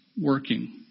working